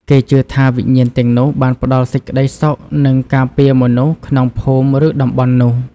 គេជឿថាវិញ្ញាណទាំងនោះបានផ្តល់សេចក្តីសុខនិងការពារមនុស្សក្នុងភូមិឬតំបន់នោះ។